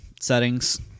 settings